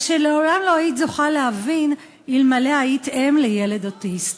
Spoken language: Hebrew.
ושלעולם לא היית זוכה להבין אלמלא היית אם לילד אוטיסט,